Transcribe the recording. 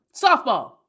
softball